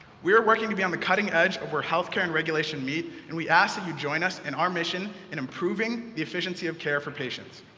we are working to be on the cutting edge of where health care and regulation meet, and we ask that you join us in our mission in improving the efficiency of care for patients.